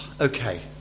Okay